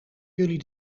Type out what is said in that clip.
jullie